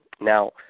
Now